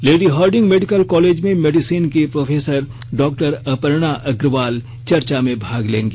lady Hardinge medical college में medicine की professor doctor Aparna Agarwal चर्चा में भाग लेंगी